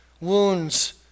wounds